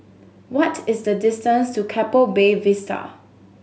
what is the distance to Keppel Bay Vista